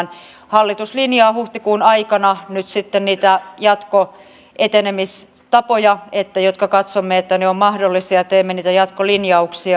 hallitus linjaa huhtikuun aikana nyt sitten niitä etenemistapoja joiden katsomme olevan mahdollisia ja teemme niitä jatkolinjauksia